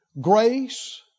grace